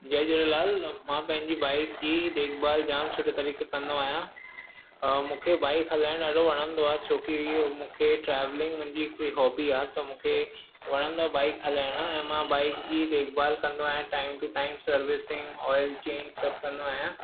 जय झूलेलाल मां पंहिंजी बाइक जी देखिभाल जाम सुठे तरीक़े कंदो आहियां मूंखे बाइक हलाइणु ॾाढो वणंदो आहे छो की ईअं मूंखे ट्रावलिंग मुंहिंजी हिकिड़ी हॉबी आहे त मूंखे वणंदो आहे बाइक हलाइणु ऐं मां बाइक जी देखिभालु कंदो आहियां time to time servicing oil change सभु कंदो आहियां